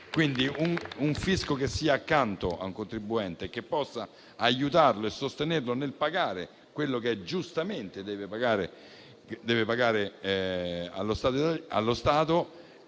Un fisco che sia accanto al contribuente e che possa aiutarlo e sostenerlo nel pagare quello che giustamente deve pagare allo Stato